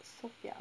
sophia